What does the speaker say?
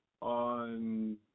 on